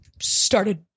started